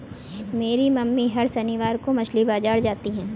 मेरी मम्मी हर शनिवार को मछली बाजार जाती है